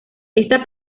esta